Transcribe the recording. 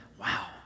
wow